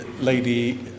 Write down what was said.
lady